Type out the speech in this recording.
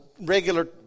regular